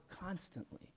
constantly